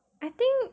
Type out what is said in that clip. I think